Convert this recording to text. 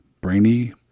brainy